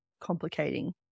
complicating